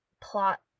plot